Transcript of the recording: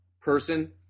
person